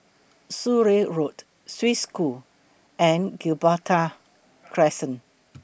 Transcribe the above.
Surrey Road Swiss School and Gibraltar Crescent